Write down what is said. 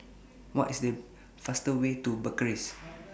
What IS The fastest Way to Bucharest